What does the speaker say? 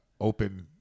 open